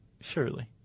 Surely